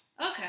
Okay